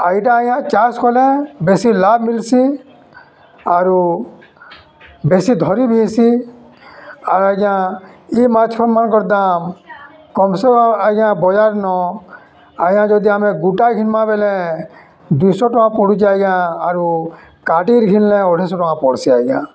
ଆର୍ ଇ'ଟା ଆଜ୍ଞା ଚାଷ୍ କଲେ ବେଶି ଲାଭ୍ ମିଲ୍ସି ଆରୁ ବେଶୀ ଧରି ବି ହେସି ଆର୍ ଆଜ୍ଞା ଇ ମାଛ୍ମାନ୍ଙ୍କର୍ ଦାମ୍ କମ୍ ସେ କମ୍ ଆଜ୍ଞା ବଜାର୍ ନ ଆଜ୍ଞା ଯଦି ଆମେ ଗୁଟା ଘିନ୍ମା ବେଲେ ଦୁଇଶହ ଟଙ୍କା ପଡ଼ୁଛେ ଆଜ୍ଞା ଆରୁ କାଟିର୍ ଘିନ୍ଲେ ଅଢ଼େଇଶହ ଟଙ୍କା ପଡ଼୍ସି ଆଜ୍ଞା